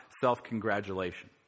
self-congratulation